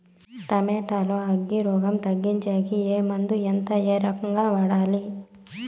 Tomato లో అగ్గి రోగం తగ్గించేకి ఏ మందులు? ఎంత? ఏ రకంగా వాడాలి?